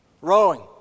Rowing